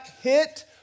hit